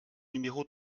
numéro